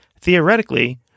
theoretically